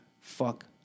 Fuck